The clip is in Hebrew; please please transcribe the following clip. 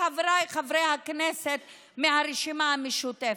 חברי הכנסת מהרשימה המשותפת,